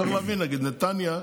צריך להבין, נגיד נתניה,